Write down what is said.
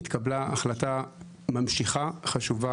התקבלה החלטה ממשיכה, וגם חשובה,